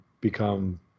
become